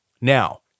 Now